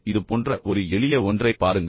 இப்போது இது போன்ற ஒரு எளிய ஒன்றைப் பாருங்கள்